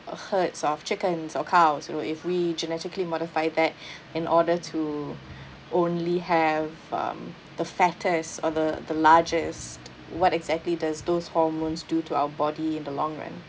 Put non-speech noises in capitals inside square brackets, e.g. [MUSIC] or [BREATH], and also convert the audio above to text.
a herds of chickens or cows you know if we genetically modify that [BREATH] in order to only have um the fattest or the the largest what exactly does those hormones do to our body in the long run